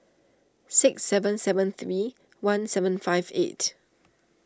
six seven seven three one seven five eight